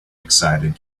excited